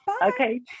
okay